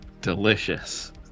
Delicious